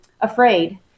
afraid